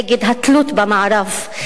נגד התלות במערב,